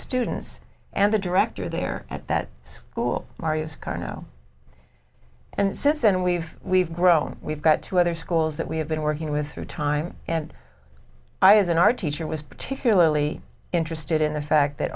students and the director there at that school mario's carno and since then we've we've grown we've got two other schools that we have been working with through time and i as an art teacher was particularly interested in the fact that